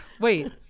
wait